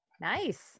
Nice